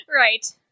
Right